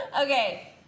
Okay